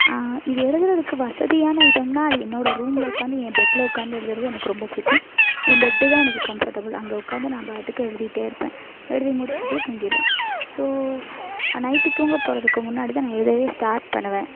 இது எழுதுவதுக்கு வசதியான இடம்னால் அது என்னோட ரூமில் உட்காந்து என் பெட்டில் உட்காந்து எழுதுவது எனக்கு ரொம்ப பிடிக்கும் என் பெட்டு தான் எனக்கு கம்ஃபர்டபுல் அங்கே உட்காந்து நான் பாட்டுக்கு எழுதிக்கிட்டே இருப்பேன் எழுதி முடிச்சுட்டு தூங்கிடுவேன் ஸோ நைட்டு தூங்க போவதுக்கு முன்னாடி தான் நான் எழுதவே ஸ்டார்ட் பண்ணுவேன்